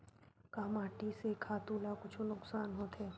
का माटी से खातु ला कुछु नुकसान होथे?